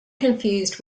confused